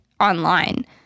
online